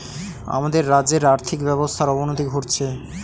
আমাদের রাজ্যের আর্থিক ব্যবস্থার অবনতি ঘটছে